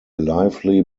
lively